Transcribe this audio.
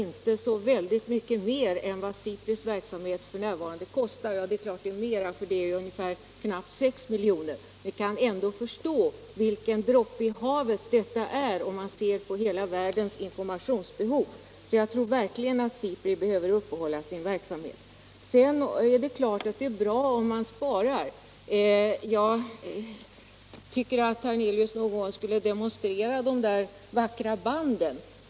När vi vet att SIPRI:s verksamhet f. n. kostar närmare 6 milj.kr. kan vi förstå att 10 milj.kr. ändå är en droppe i havet i förhållande till världens informationsbehov. Jag tror därför verkligen att SIPRI behöver uppehålla sin verksamhet. Det är naturligtvis bra om man sparar. Jag tycker att herr Hernelius någon gång skulle demonstrera de där vackra banden.